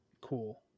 cool